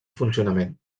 funcionament